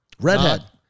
redhead